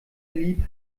lieb